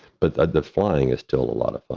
but ah the flying is still a lot of ah